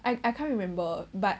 I I can't remember but